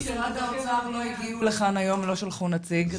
נציגי משרד האוצר לא הגיעו לכאן היום ולא שלחו נציג.